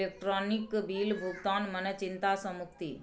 electronic bill भुगतान मने चिंता सँ मुक्ति